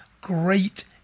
great